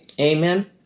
Amen